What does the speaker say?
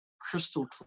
crystal